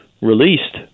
released